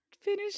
Finish